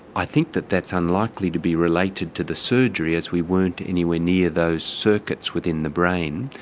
i think that that's unlikely to be related to the surgery as we weren't anywhere near those circuits within the brain.